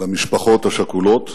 ולמשפחות השכולות.